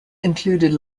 included